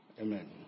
Amen